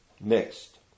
mixed